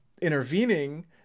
intervening